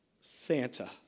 Santa